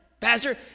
Pastor